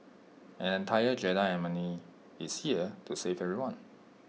an entire Jedi is here to save everyone